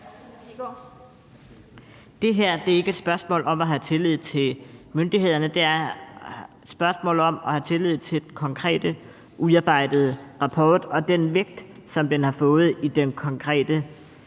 Det her er ikke et spørgsmål om at have tillid til myndighederne, det er et spørgsmål om at have tillid til den konkrete udarbejdede rapport i forhold til den vægt, som den har fået i de konkrete